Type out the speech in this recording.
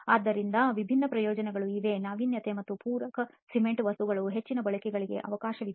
ಆದ್ದರಿಂದ ವಿಭಿನ್ನ ಪ್ರಯೋಜನಗಳು ಇವೆ ನಾವೀನ್ಯತೆ ಮತ್ತು ಪೂರಕ ಸಿಮೆಂಟಿಂಗ್ ವಸ್ತುಗಳ ಹೆಚ್ಚಿನ ಬಳಕೆಗೆ ಅವಕಾಶವಿದೆ